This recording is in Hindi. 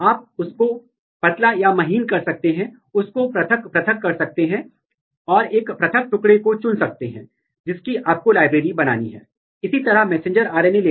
तो आप उन्हें अलग से क्लोन करते हैं यहां एक प्रोटीन का उपयोग करते हैं यहां दूसरा प्रोटीन जिसे आप देखना चाहते हैं कि वे इंटरेक्ट कर रहे हैं या नहीं